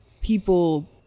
people